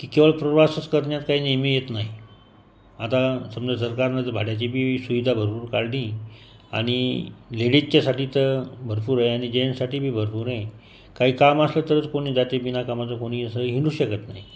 की केवळ प्रवासच करण्यात काय नेहमी येत नाही आता समजा सरकारनं जर भाड्याची बी सुविधा भरपूर काढली आणि लेडिजच्यासाठी तर भरपूर आहे आणि जेंट्ससाठी बी भरपूर आहे काही कामं असलं तरचं कुणी जातंय बिनकामाचं कुणी असं हिंडूच शकत नाही